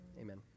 amen